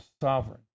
sovereign